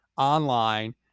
online